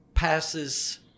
Passes